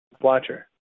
watcher